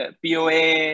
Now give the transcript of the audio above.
poa